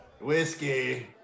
whiskey